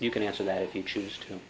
you can answer that if you choose to